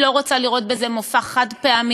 אני לא רוצה לראות בזה מופע חד-פעמי.